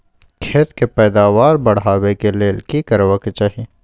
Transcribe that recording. खेत के पैदावार बढाबै के लेल की करबा के चाही?